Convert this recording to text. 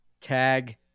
Tag